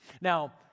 Now